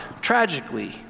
tragically